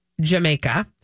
Jamaica